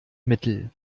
mittel